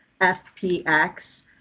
FPX